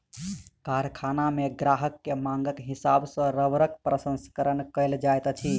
कारखाना मे ग्राहक के मांगक हिसाब सॅ रबड़क प्रसंस्करण कयल जाइत अछि